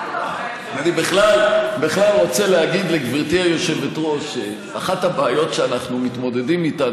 אני בכלל רוצה להגיד לגברתי היושבת-ראש שאחת הבעיות שאנחנו מתמודדים איתן